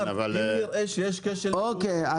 זה